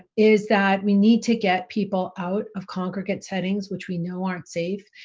is that we need to get people out of congregate settings, which we know aren't safe,